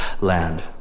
land